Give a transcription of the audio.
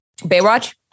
Baywatch